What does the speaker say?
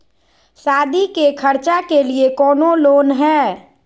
सादी के खर्चा के लिए कौनो लोन है?